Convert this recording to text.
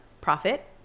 profit